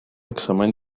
examen